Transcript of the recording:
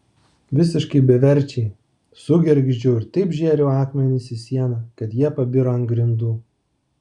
visiškai beverčiai sugergždžiau ir taip žėriau akmenis į sieną kad jie pabiro ant grindų